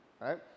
right